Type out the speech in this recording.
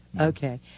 Okay